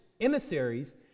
emissaries